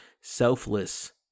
selfless